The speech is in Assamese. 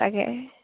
তাকে